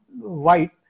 white